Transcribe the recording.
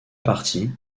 parties